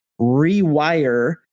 rewire